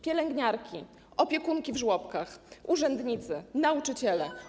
Pielęgniarki, opiekunki w żłobkach, urzędnicy, nauczyciele.